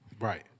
Right